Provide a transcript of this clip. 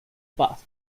past